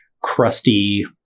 crusty